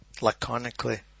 laconically